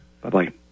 Bye-bye